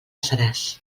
seràs